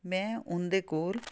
ਮੈਂ ਉਹਦੇ ਕੋਲ